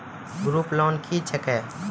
Group loan क्या है?